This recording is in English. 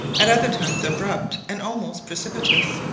at other times abrupt and almost precipitous.